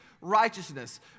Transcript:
righteousness